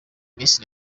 miss